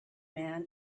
man